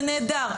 זה נהדר,